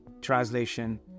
translation